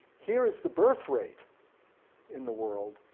here is the birthrate in the world,